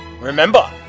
Remember